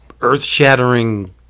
earth-shattering